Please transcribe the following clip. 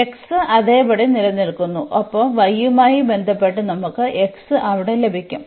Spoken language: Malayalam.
അതിനാൽ x അതേപടി നിലനിൽക്കുന്നു ഒപ്പം y യുമായി ബന്ധപ്പെട്ട് നമുക്ക് x അവിടെ ലഭിക്കും